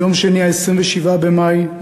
ביום שני,27 במאי,